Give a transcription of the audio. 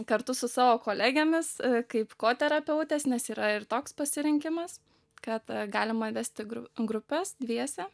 kartu su savo kolegėmis kaip koterapeutės nes yra ir toks pasirinkimas kad galima vesti gru grupes dviese